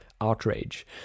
outrage